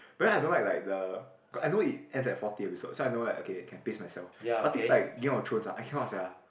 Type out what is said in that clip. but then I don't like like the I know it ends at forty episode so I know like okay can pace myself but things like Games of Thrones ah I cannot sia